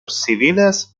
civiles